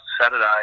Saturday